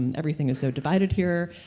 and everything's so divided here.